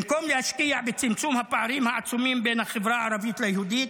במקום להשקיע בצמצום הפערים העצומים בין החברה הערבית ליהודית,